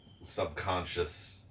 subconscious